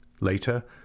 Later